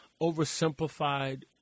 oversimplified